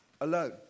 alone